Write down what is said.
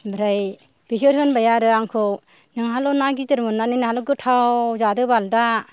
ओमफ्राय बिसोर होनबाय आरो आंखौ नोंहालाय ना गिदिर मोननानै नोंहाल' गोथाव जादो बाल दा